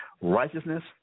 righteousness